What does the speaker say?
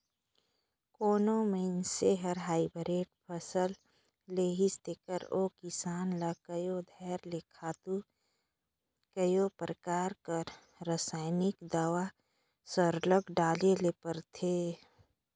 कोनो मइनसे हर हाईब्रिड फसिल लेहिस तेकर ओ किसान ल कइयो धाएर ले खातू कइयो परकार कर रसइनिक दावा सरलग डाले ले परथे